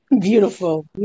beautiful